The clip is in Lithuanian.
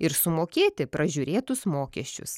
ir sumokėti pražiūrėtus mokesčius